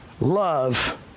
love